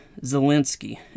Zelensky